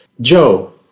Joe